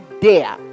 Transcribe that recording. dare